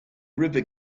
river